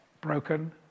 broken